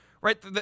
right